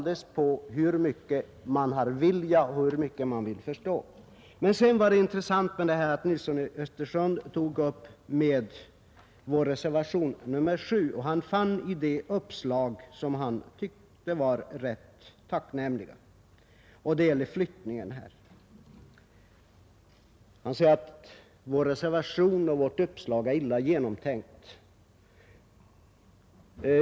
Det var intressant att herr Nilsson tog upp vår reservation nr 7. Han fann i den uppslag som han tyckte var rätt tacknämliga, nämligen när det gäller flyttningen. Han sade dock att vår reservation och vårt uppslag var illa genomtänkta.